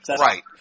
right